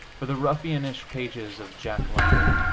for the ruffianish pages of jack london,